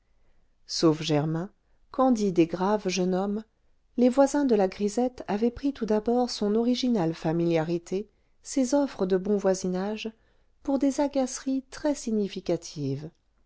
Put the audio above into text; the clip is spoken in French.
sauf germain candide et grave jeune homme les voisins de la grisette avaient pris tout d'abord son originale familiarité ses offres de bon voisinage pour des agaceries